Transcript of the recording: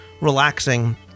relaxing